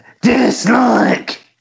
Dislike